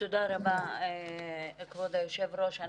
תודה רבה כבוד היושב ראש.